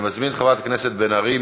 אני מזמין את חברת הכנסת בן ארי,